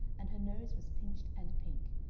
and her nose was pinched and pink,